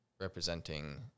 representing